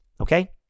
Okay